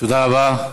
תודה רבה.